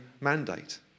mandate